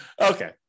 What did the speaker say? Okay